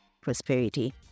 prosperity